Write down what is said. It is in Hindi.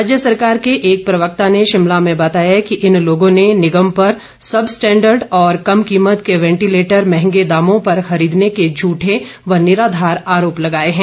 राज्य सरकार के एक प्रवक्ता ने शिमला में बताया कि इन लोगों ने निगम पर सब स्टैंडर्ड और कम कीमत के वेंटिलेटर मंहगे दामों पर खरीदने के झूठे व निराधार आरोप लगाये हैं